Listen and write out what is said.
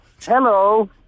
Hello